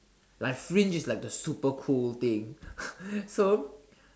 like fringe is like the super cool thing so